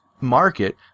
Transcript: market